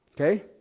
Okay